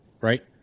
right